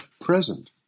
present